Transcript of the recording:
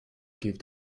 give